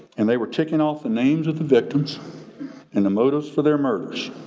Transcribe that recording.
and they were ticking off the names of the victims and the motives for their murders.